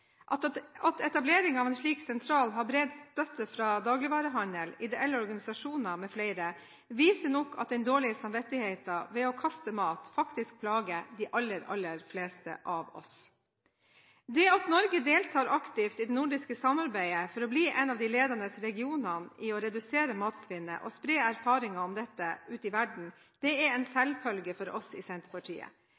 At etablering av en slik sentral har bred støtte fra dagligvarehandel, ideelle organisasjoner mfl., viser nok at den dårlige samvittigheten ved å kaste mat faktisk plager de aller fleste av oss. Det at Norge deltar aktivt i det nordiske arbeidet for å bli en av de ledende regionene i å redusere matsvinnet og spre erfaringen med dette ut i verden, er en selvfølge for oss i Senterpartiet. Vi syns det er